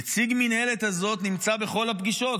נציג המינהלת הזאת נמצא בכל הפגישות.